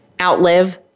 outlive